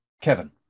Kevin